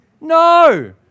No